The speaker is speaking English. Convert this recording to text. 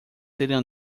sitting